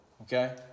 okay